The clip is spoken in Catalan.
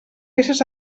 peces